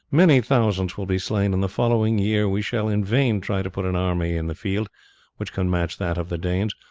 many thousands will be slain, and the following year we shall in vain try to put an army in the field which can match that of the danes,